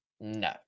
No